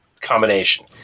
combination